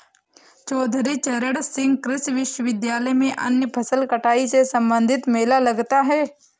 चौधरी चरण सिंह कृषि विश्वविद्यालय में अन्य फसल कटाई से संबंधित मेला लगता है